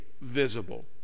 visible